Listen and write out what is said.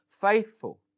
faithful